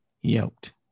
yoked